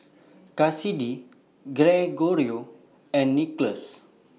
Kassidy Gregorio and Nicholas